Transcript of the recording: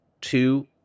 Two